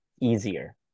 easier